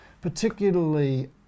particularly